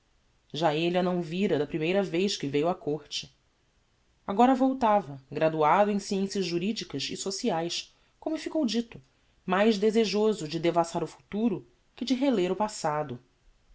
já elle a não vira da primeira vez que veiu á corte agora voltava graduado em sciencias juridicas e sociaes como fica dito mais desejoso de devassar o futuro que de reler o passado